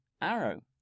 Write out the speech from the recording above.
Arrow